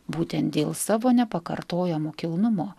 būtent dėl savo nepakartojamo kilnumo